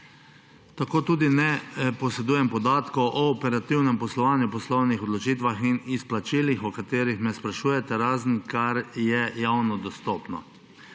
Tako tudi ne posedujem podatkov o operativnem poslovanju, poslovnih odločitvah in izplačilih, o katerih me sprašujete, razen kar je javno dostopno.